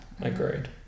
Agreed